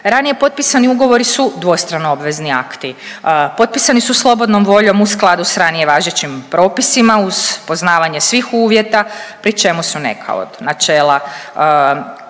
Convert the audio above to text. Ranije potpisani ugovori su dvostrano obvezni akti, potpisani su slobodnom voljom u skladu s ranije važećim propisima uz poznavanje svih uvjeta pri čemu su neka od načela,